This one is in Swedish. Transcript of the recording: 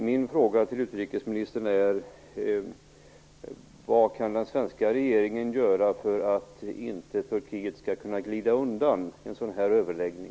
Min fråga till utrikesministern är: Vad kan den svenska regeringen göra för att Turkiet inte skall kunna glida undan en sådan här överläggning?